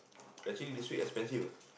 actually this week expensive ah